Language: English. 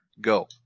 Go